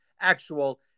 actual